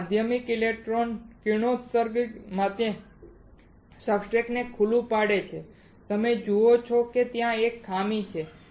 આગળ માધ્યમિક ઇલેક્ટ્રોન કિરણોત્સર્ગ માટે સબસ્ટ્રેટને ખુલ્લું પાડે છે તમે જુઓ છો કે ત્યાં એક ખામી છે